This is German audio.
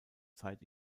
zeit